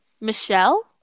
Michelle